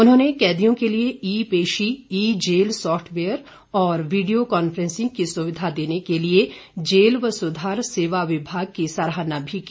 उन्होंने कैदियों के लिए ई पेशी ई जेल सोफ्टवेयर और वीडियो कांफ्रेंसिंग की सुविधा देने के लिए जेल व सुधार सेवा विभाग की सराहना भी की